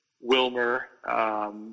Wilmer